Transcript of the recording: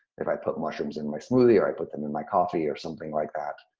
if i put mushrooms in my smoothie, or i put them in my coffee, or something like that,